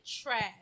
trash